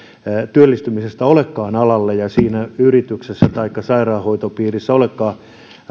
työllistymisestä alalle ja siinä yrityksessä taikka sairaanhoitopiirissä olekaan